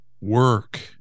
work